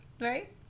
right